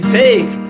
take